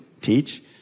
teach